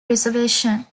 reservation